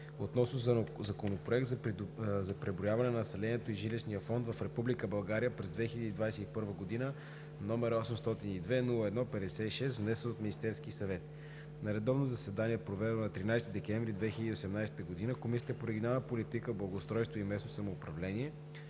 относно Законопроект за преброяване на населението и жилищния фонд в Република България през 2021 г., № 802-01-56, внесен от Министерския съвет На редовно заседание, проведено на 13 декември 2018 г., Комисията по регионална политика, благоустройство и местно самоуправление